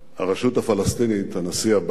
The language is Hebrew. הרשות הפלסטינית, הנשיא עבאס: